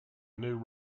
new